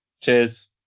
Cheers